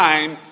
Time